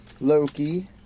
Loki